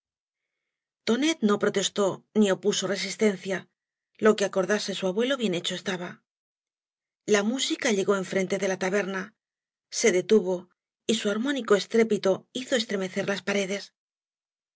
tonet no protebtó ni opuso rebístencia lo que acordage su abuelo bien hecho estaba la música llegó enfrente de la taberna se detuvo y bu armónico estrépito hizo estremecer las paredes